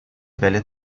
velha